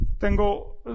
tengo